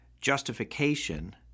justification